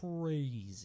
crazy